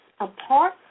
apart